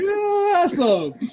Awesome